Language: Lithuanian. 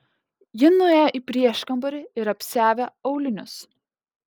ji nuėjo į prieškambarį ir apsiavė aulinius